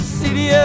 city